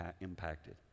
impacted